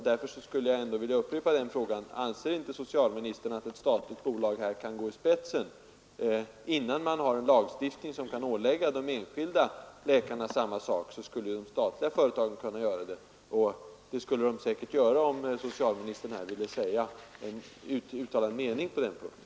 Därför skulle jag vilja upprepa frågan: Anser inte socialministern att ett statligt företag kan gå i spetsen i det här avseendet innan vi fått en lagstiftning som kan ålägga de enskilda läkarna samma sak? Det skulle företaget kanske göra, om socialministern ville uttala en mening på den punkten.